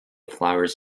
flowers